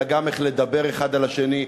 אלא גם איך לדבר האחד על השני,